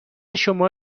شما